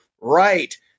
right